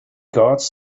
guards